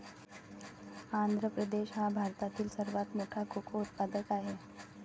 आंध्र प्रदेश हा भारतातील सर्वात मोठा कोको उत्पादक आहे